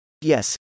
Yes